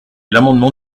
l’amendement